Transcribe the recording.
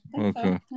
okay